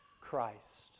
Christ